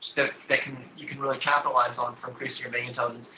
that you can really capitalize on to increase your mating intelligence,